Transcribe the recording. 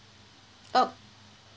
!ow!